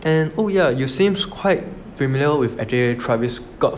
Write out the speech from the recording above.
and oh yeah you seems quite familiar with actually travis scott